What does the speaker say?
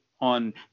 on